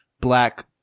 black